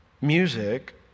Music